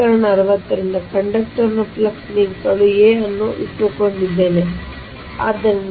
ಸಮೀಕರಣ 60 ರಿಂದ ಕಂಡಕ್ಟರ್ ನ ಫ್ಲಕ್ಸ್ ಲಿಂಕ್ ಗಳು a ಅನ್ನು ಇಟ್ಟುಕೊಂಡಿದ್ದೇನೆ ಅದು ಸರಿಯಾಗಿದೆ